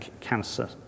cancer